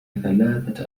ثلاثة